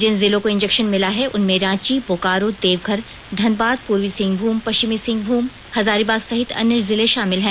जिन जिलों को इंजेक्शन मिला है उनमें रांची बोकारो देवघर धनबाद पूर्वी सिंहभूम पश्चिमी सिंहभूम हजारीबाग सहित अन्य जिले शामिल हैं